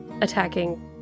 attacking